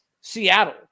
Seattle